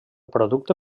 producte